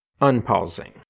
unpausing